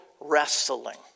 wrestling